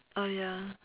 oh ya